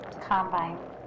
combine